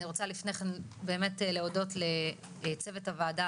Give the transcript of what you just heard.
אני רוצה לפני כן באמת להודות לצוות הוועדה.